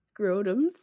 scrotums